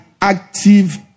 active